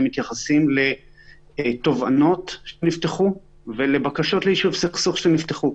מתייחסים לתובענות שנפתחו ולבקשות ליישוב סכסוך שנפתחו.